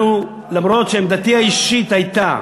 אנחנו, למרות שעמדתי האישית הייתה